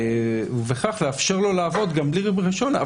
ובכך לאפשר לו לעבוד גם בלי רישיון,